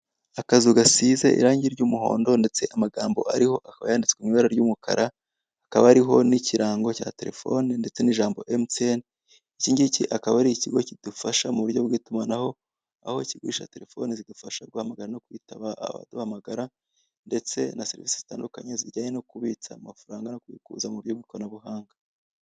Akazu gasize irangi ry'umuhondo ndetse amagambo ariho akaba yanditswe ibara ry'umukara, hakaba hariho n'ikirango cya telefone ndetse n'ijambo emutiyeni, ikingiki akaba ari ikigo kidufasha mu buryo bw'itumanaho, aho kigurisha telefoni zidufasha guhamagara no kwitaba abaduhamagara ndetse na serivisi zitandukanye zijyanye no kubitsa amafaranga no kubikuza mu buryo by'ikoranabuhanga.